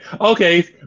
Okay